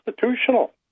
constitutional